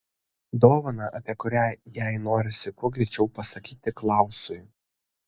dovaną apie kurią jai norisi kuo greičiau pasakyti klausui